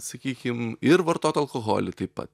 sakykim ir vartot alkoholį taip pat